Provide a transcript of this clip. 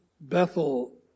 Bethel